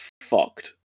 fucked